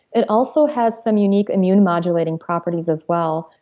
it also has some unique immune modulating properties as well,